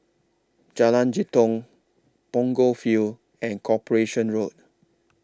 Jalan Jitong Punggol Field and Corporation Road